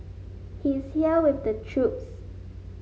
he's there with the troops